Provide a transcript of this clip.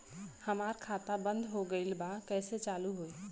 हमार खाता बंद हो गईल बा कैसे चालू होई?